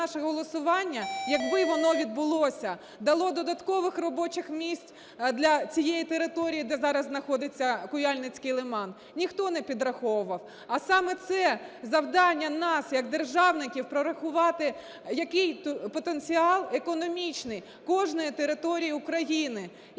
наше голосування, якби воно відбулося, дало додаткових робочих місць для цієї території, де зараз знаходиться Куяльницький лиман? Ніхто не підраховував. А саме це завдання нас як державників - прорахувати, який потенціал економічний кожної території України,